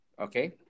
Okay